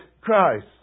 Christ